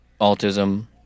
autism